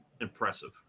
impressive